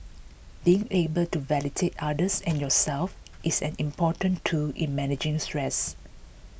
being able to validate others and yourself is an important tool in managing stress